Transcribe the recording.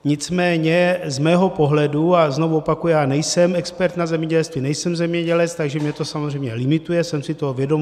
Nicméně z mého pohledu a znovu opakuji, já nejsem expert na zemědělství, nejsem zemědělec, takže mě to samozřejmě limituje, jsem si toho vědom.